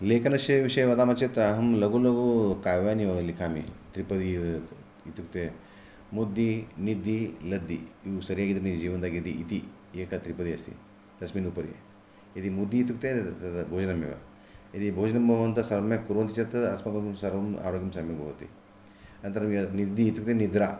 लेखनस्य विषये वदामः चेत् अहं लघु लघु काव्यानि लिखामि त्रिपदि इत्युक्ते मुद्दि निद्दि लद्दि नीवु सरियागि इद्रे जीवन्दागे इद्दि इति एका त्रिपदि अस्ति तस्मिन् उपरि यदि मुद्दि इत्युक्ते तत् भोजनमेव यदि भोजनं भवन्तः सम्यक् कुर्वन्ति अस्माकम् आरोग्यं सम्यक् भवति नन्तरं नद्दि इत्युक्ते निद्रा